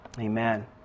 Amen